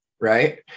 Right